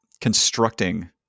constructing